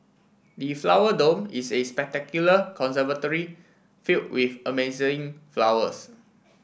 the Flower Dome is a spectacular conservatory filled with amazing flowers